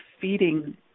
feeding